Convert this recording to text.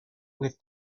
with